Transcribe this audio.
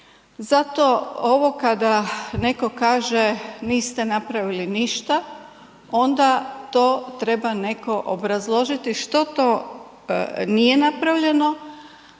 Zato ovo kada netko kaže niste napravili ništa, onda to treba netko obrazložiti što to nije napravljeno.